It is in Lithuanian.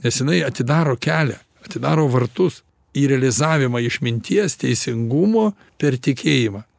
nes jinai atidaro kelią atidaro vartus į realizavimą išminties teisingumo per tikėjimą